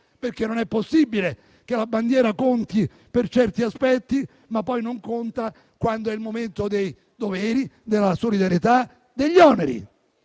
Non è possibile infatti che la bandiera conti per certi aspetti, ma poi non conti quando è il momento dei doveri, della solidarietà e degli oneri